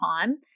time